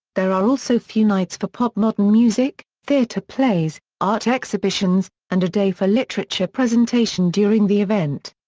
there are also few nights for pop-modern music, theater plays, art exhibitions, and a day for literature presentation during the event.